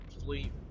sleep